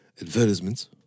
advertisements